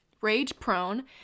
rage-prone